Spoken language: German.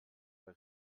bei